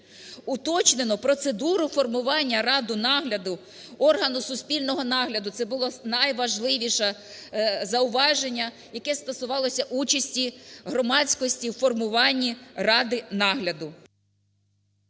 уточнено процедуру формування ради нагляду органу суспільного нагляду, і це було найважливіше зауваження, яке стосувалося участі громадськості в формуванні ради нагляду.